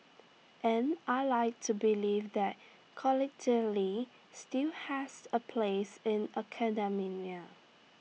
and I Like to believe that still has A place in